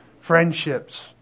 friendships